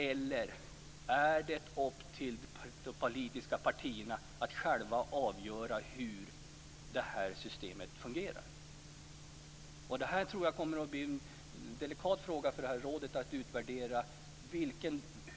Eller är det upp till de politiska partierna att själva avgöra hur systemet skall fungera? Jag tror att detta kommer att bli en delikat fråga för rådet att utvärdera.